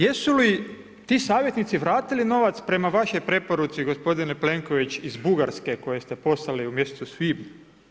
Jesu li ti savjetnici vratili novac prema vašoj preporuci, gospodine Plenković iz Bugarske koji ste poslali umjesto svih?